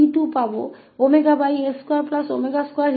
अतः हम c2 को s22 के रूप में प्राप्त करेंगे